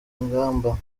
ingamba